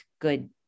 good